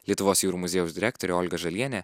lietuvos jūrų muziejaus direktorė olga žalienė